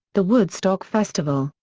the woodstock festival,